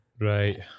right